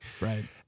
Right